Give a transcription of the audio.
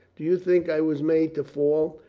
do you think i was made to fall?